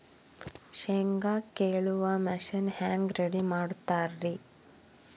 ಶೇಂಗಾ ಕೇಳುವ ಮಿಷನ್ ಹೆಂಗ್ ರೆಡಿ ಮಾಡತಾರ ರಿ?